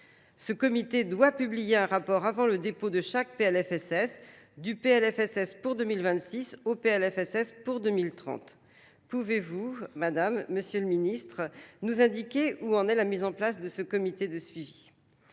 Ce comité doit publier un rapport avant le dépôt de chaque PLFSS, du PLFSS pour 2026 au PLFSS pour 2030. Pouvez-vous, Madame, Monsieur le Ministre, nous indiquer où en est la mise en place de ce comité de suivi ?